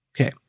Okay